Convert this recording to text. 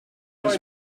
was